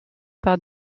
par